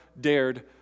dared